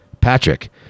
Patrick